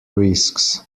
risks